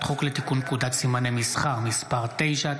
חוק לתיקון פקודת סימני מסחר (מס' 9),